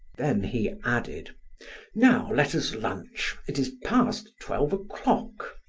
then he added now let us lunch it is past twelve o'clock.